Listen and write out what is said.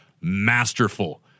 masterful